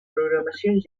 programacions